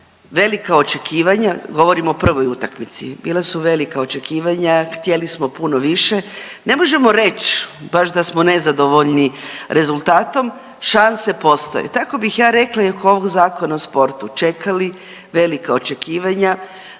Velika očekivanja govorim o prvoj utakmici, bila su velika očekivanja, htjeli smo puno više. Ne možemo reć baš da smo nezadovoljni rezultatom, šanse postoje. Tako bih ja rekla i oko ovog Zakona o sportu, čekali, velika očekivanja,